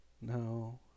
No